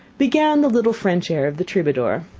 began the little french air of the troubadour.